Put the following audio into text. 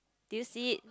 do you see it